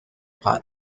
part